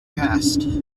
past